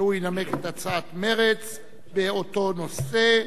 שינמק את הצעת מרצ באותו נושא,